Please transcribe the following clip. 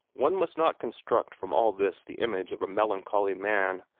one must not construct from all this the image of a melancholy man,